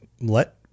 let